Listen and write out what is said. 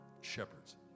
shepherds